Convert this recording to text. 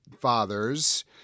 fathers